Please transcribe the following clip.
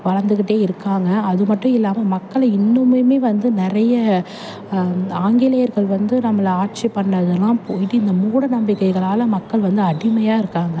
வளர்ந்துக்கிட்டே இருக்காங்க அது மட்டும் இல்லாமல் மக்களை இன்னுமுமே வந்து நிறைய ஆங்கிலேயர்கள் வந்து நம்மளை ஆட்சி பண்ணதெல்லாம் போய்ட்டு இந்த மூட நம்பிக்கைகளால் மக்கள் வந்து அடிமையாக இருக்காங்க